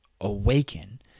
awaken